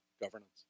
governance